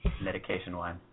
Medication-wise